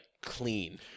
clean